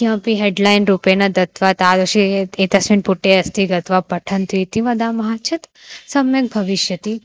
किमपि हेड्लैन् रूपेण दत्त्वा तादृशम् एतस्मिन् पुटे अस्ति गत्वा पठन्तु इति वदामः चेत् सम्यक् भविष्यति